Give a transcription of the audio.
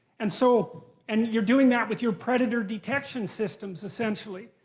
and so and you're doing that with your predator-detection systems, essentially.